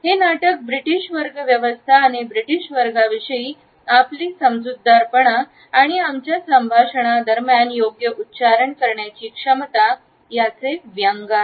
हे नाटक ब्रिटीश वर्ग व्यवस्था आणि ब्रिटीश वर्गाविषयी आपली समजूतदारपणा आणि आमच्या संभाषण दरम्यान योग्य उच्चारण वापरण्याची क्षमता चे व्यंग्य आहे